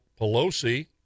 Pelosi